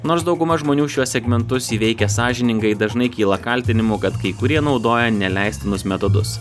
nors dauguma žmonių šiuos segmentus įveikia sąžiningai dažnai kyla kaltinimų kad kai kurie naudoja neleistinus metodus